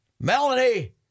Melanie